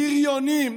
בריונים,